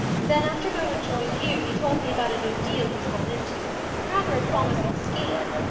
then, after bowen joined you, he told me about a new deal he's gone into rather a promising scheme,